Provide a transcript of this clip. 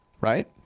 right